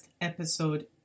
episode